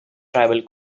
tribal